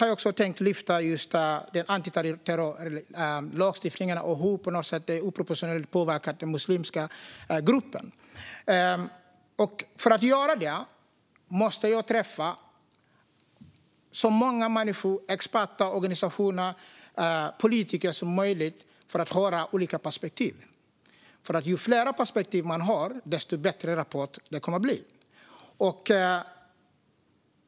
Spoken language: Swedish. Jag har även tänkt att lyfta upp antiterrorlagstiftningen och hur den har påverkat den muslimska gruppen oproportionerligt mycket. För att göra detta måste jag träffa så många människor, experter, organisationer och politiker som möjligt så att jag kan få höra olika perspektiv. Ju fler perspektiv man har, desto bättre kommer rapporten att bli.